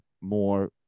more